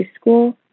school